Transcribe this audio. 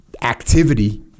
activity